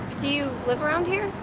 do you live around here?